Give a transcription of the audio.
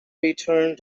returned